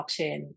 blockchain